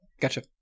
Gotcha